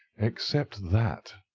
except that!